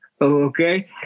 Okay